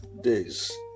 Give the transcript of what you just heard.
days